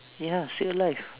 ya stay alive